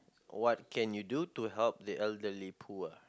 what can you do to help the elderly poor